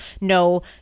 no